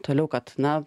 toliau kad na